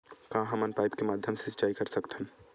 का हमन पाइप के माध्यम से सिंचाई कर सकथन?